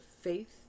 faith